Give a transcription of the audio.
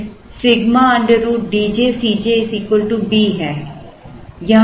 फिर Σ √ D j C j B है